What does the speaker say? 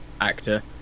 actor